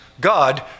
God